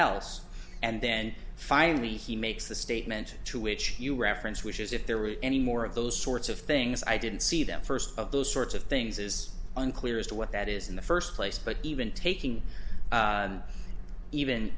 else and then finally he makes the statement to which you reference which is if there were any more of those sorts of things i didn't see that first of those sorts of things is unclear as to what that is in the first place but even taking even